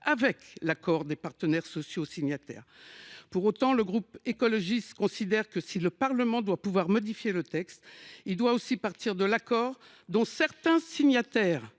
avec l’accord des partenaires sociaux signataires. Pour autant, le groupe écologiste considère que, si le Parlement doit pouvoir modifier le texte, il doit aussi partir de l’accord dont certains signataires